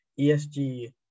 ESG